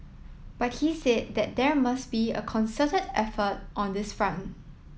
but he said that there must be a concerted effort on this front